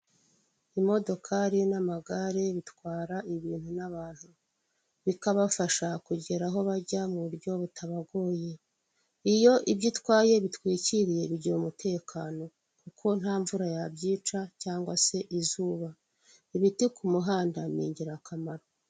Imodokari n'amagare bitwara ibintu n'abantu bikabafasha kugera aho bajya mu buryo butabagoye, iyo ibyo itwaye bitwikiriye bigira umutekano kuko nta mvura yabyica cyangwa se izuba, ibiti ku muhanda ni ingirakamaro.